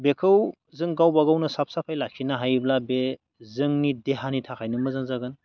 बेखौ जों गावबा गावनो साफ साफाय लाखिनो हायोब्ला बे जोंनि देहानि थाखायनो मोजां जागोन